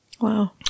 Wow